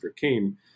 came